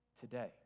today